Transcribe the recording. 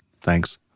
Thanks